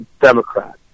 Democrat